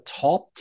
top